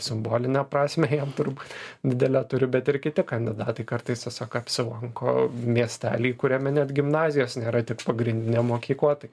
simbolinę prasmę jam turbūt didelę turi bet ir kiti kandidatai kartais tiesiog apsilanko miestely kuriame net gimnazijos nėra tik pagrindinė mokyklą tai